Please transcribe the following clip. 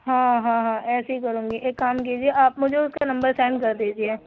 ہاں ہاں ہاں ایسے ہی کروں گی ایک کام کیجیے آپ مجھے اُس کا نمبر سینڈ کر دیجیے